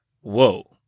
Whoa